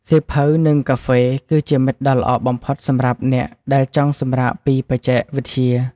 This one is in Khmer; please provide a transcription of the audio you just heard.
សៀវភៅ និងកាហ្វេ គឺជាមិត្តដ៏ល្អបំផុតសម្រាប់អ្នកដែលចង់សម្រាកពីបច្ចេកវិទ្យា។